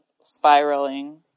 spiraling